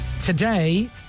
today